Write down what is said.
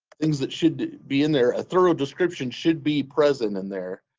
things that should be in there a thorough description should be present in there.